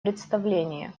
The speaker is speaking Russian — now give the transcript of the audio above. представление